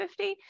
50